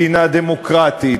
מדינה דמוקרטית,